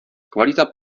kvalita